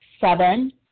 Seven